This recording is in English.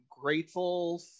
grateful